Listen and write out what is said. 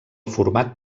format